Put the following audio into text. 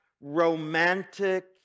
romantic